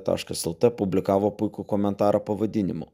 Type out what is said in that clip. taškas lt publikavo puikų komentarą pavadinimu